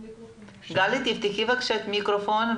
וחוקי מגן ואני מכיר את החוקים האלה בעל פה.